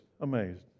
amazed